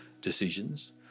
decisions